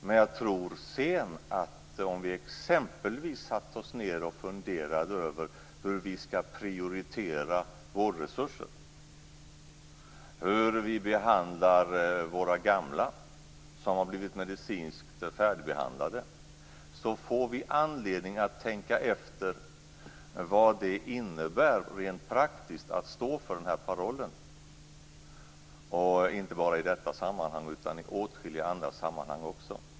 Men jag tror att om vi exempelvis satte oss ned och funderade över hur vi skall prioritera vårdresurser och hur vi behandlar våra gamla som har blivit medicinskt färdigbehandlade, får vi anledning att tänka efter vad det innebär rent praktiskt att stå för den här parollen. Det gäller inte bara i detta sammanhang utan i åtskilliga andra sammanhang också.